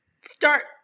start